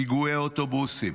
פיגועי אוטובוסים,